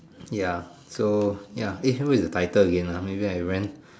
ya so ya eh so what's the title again ah maybe i ran